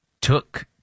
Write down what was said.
took